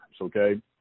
okay